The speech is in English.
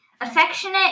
affectionate